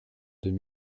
deux